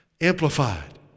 Amplified